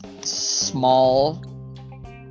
small